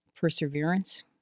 perseverance